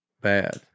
bad